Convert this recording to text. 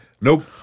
Nope